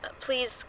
Please